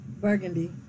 Burgundy